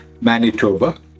Manitoba